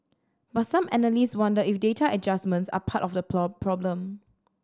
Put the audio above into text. but some analysts wonder if data adjustments are part of the problem